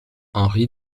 henry